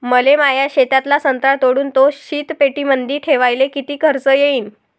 मले माया शेतातला संत्रा तोडून तो शीतपेटीमंदी ठेवायले किती खर्च येईन?